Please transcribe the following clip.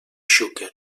xúquer